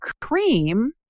cream